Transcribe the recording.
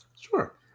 Sure